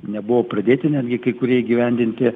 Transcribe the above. nebuvo pradėti netgi kai kurie įgyvendinti